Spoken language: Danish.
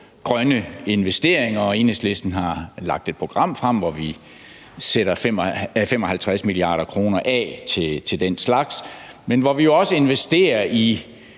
grønne investeringer. Enhedslisten har lagt et program frem, hvor vi sætter 55 mia. kr. af til den slags, men hvor vi jo også vil investere i